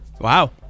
Wow